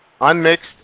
Unmixed